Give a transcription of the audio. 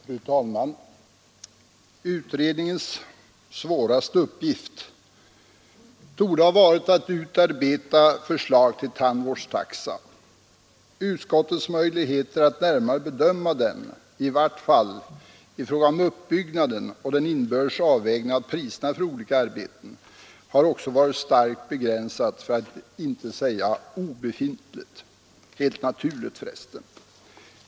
Fru talman! Utredningens svåraste uppgift torde ha varit att utarbeta förslag till tandvårdstaxa. Utskottets möjligheter att närmare bedöma det, i varje fall i fråga om uppbyggnaden och den inbördes avvägningen av priserna för olika arbeten, har också — helt naturligt — varit starkt begränsade, för att inte säga obefintliga.